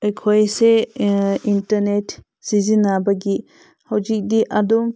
ꯑꯩꯈꯣꯏꯁꯦ ꯏꯟꯇꯔꯅꯦꯠ ꯁꯤꯖꯤꯟꯅꯕꯒꯤ ꯍꯧꯖꯤꯛꯇꯤ ꯑꯗꯨꯝ